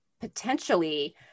potentially